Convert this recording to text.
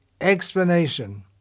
explanation